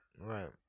Right